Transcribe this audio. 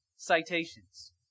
citations